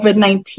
COVID-19